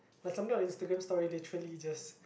but sometimes Instagram stories literally just